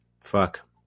Fuck